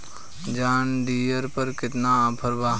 John Deere पर केतना offer बा?